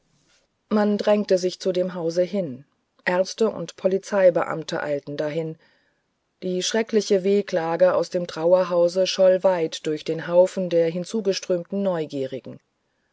man drängte sich zu dem hause hin ärzte und polizeibeamte eilten dahin die schreckliche wehklage aus dem trauerhause scholl weit durch den haufen der hinzugeströmten neugierigen